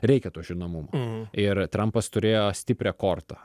reikia to žinomumo ir trampas turėjo stiprią kortą